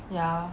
ya